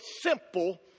simple